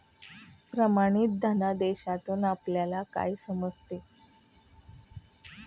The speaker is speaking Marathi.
प्रमाणित धनादेशातून आपल्याला काय समजतं?